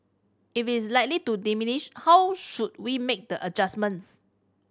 if is likely to diminish how should we make the adjustments